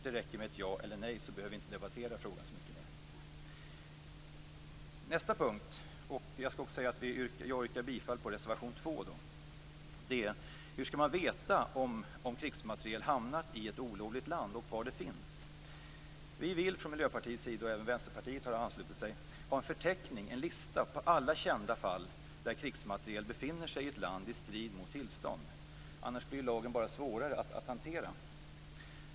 Det räcker med ett ja eller nej, så behöver vi inte debattera frågan så mycket mer. Jag yrkar bifall till reservation 2. Nästa punkt är hur man skall veta om krigsmateriel olovligt hamnar i ett land och var det finns. Vi vill från Miljöpartiets sida - även Vänsterpartiet har anslutit sig till detta - ha en lista över alla kända fall där krigsmateriel befinner sig i ett land i strid mot tillstånd. Annars blir lagen svårare att hantera.